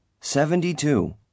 Seventy-two